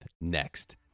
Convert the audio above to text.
next